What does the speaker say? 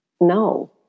No